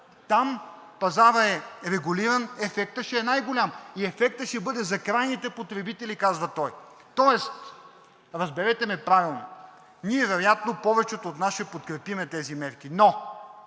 „там пазарът е регулиран, ефектът ще е най-голям и ефектът ще бъде за крайните потребители“, казва той. Тоест, разберете ме правилно, ние вероятно – повечето от нас ще подкрепим тези мерки, но